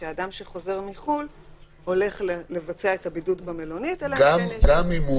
שאדם שחוזר מחו"ל מבצע את הבידוד במלונית- - גם אם הוא